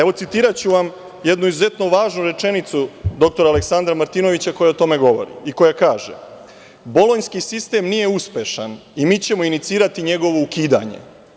Evo, citiraću vam jednu izuzetno važnu rečenicu dr Aleksandra Martinovića, koja o tome govori i koja kaže: „Bolonjski sistem nije uspešan i mi ćemo inicirati njegovo ukidanje.